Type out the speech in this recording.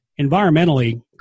environmentally